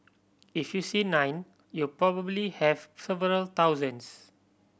if you see nine you probably have several thousands